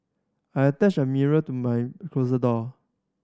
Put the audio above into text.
I attached a mirror to my closet door